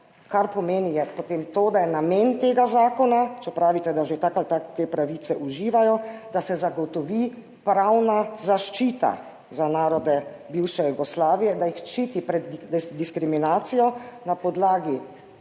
To pomeni, da je namen tega zakona, če pravite, da že tako ali tako uživajo te pravice, da se zagotovi pravna zaščita za narode bivše Jugoslavije, da jih ščiti pred diskriminacijo na podlagi